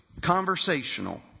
conversational